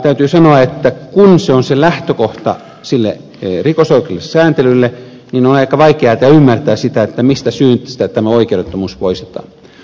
täytyy sanoa että kun se on se lähtökohta sille rikosoikeudelliselle sääntelylle niin on aika vaikeata ymmärtää sitä mistä syystä tämä oikeudettomuus poistetaan